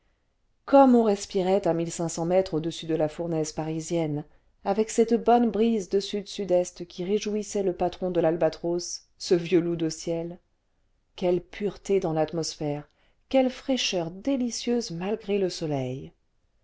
comme on respirait à mètres au-dessus de la fournaise parisienne avec cette bonne brise de s s e qui réjouissait le patron de y albatros ce vieux loup de ciel quelle pureté dans l'atmosphère quelle fraîcheur délicieuse malgré le soleil